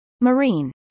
Marine